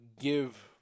give